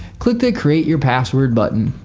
click the create your password button.